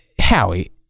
Howie